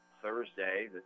Thursday